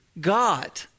God